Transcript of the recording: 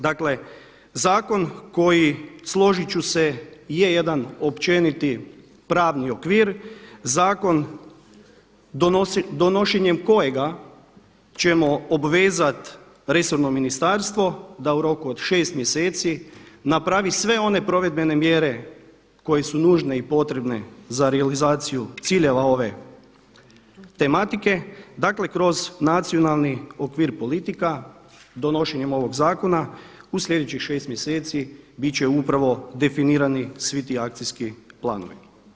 Dakle zakon koji, složiti ću se je jedan općeniti pravni okvir, zakon donošenjem kojega ćemo obvezati resorno ministarstvo da u roku od 6 mjeseci napravi sve one provedbene mjere koje su nužne i potrebne za realizaciju ciljeva ove tematike, dakle kroz nacionalni okvir politika, donošenjem ovog zakona u sljedećih 6 mjeseci biti će upravo definirani svi ti akcijski planovi.